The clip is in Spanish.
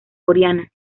coreana